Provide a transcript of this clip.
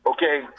Okay